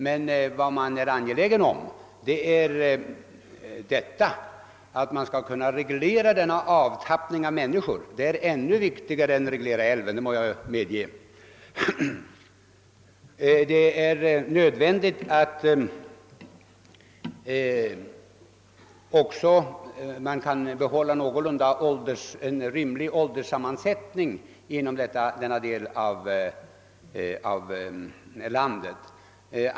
Man är dock angelägen om att kunna reglera denna avtappning av människor så att den blir så skonsam som möjligt. Jag medger att detta är en ännu viktigare uppgift än att reglera Vindelälven. Det är nödvändigt att man också får behålla en någorlunda rimlig ålderssammansättning hos befolkningen inom denna del av landet.